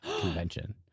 convention